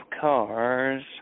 cars